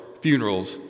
funerals